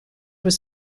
was